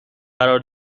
قرار